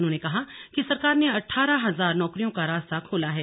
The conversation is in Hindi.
उन्होंने कहा कि सरकार ने अठारह हजार नौकरियों का रास्ता खोला है